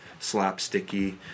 slapsticky